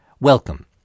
Welcome